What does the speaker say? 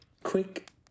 Quick